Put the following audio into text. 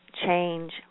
change